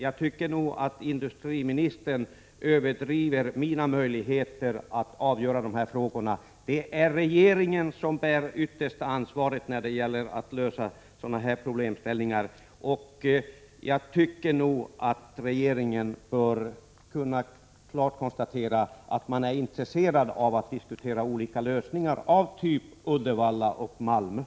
Jag tycker nog att industriministern överdriver mina möjligheter att avgöra de här frågorna. Det är regeringen som bär det yttersta ansvaret för att lösa problemen. Jag tycker att man i regeringen borde kunna deklarera att man är intresserad av att diskutera olika lösningar, t.ex. åtgärder av den typ som vidtogs i Uddevalla och Malmö.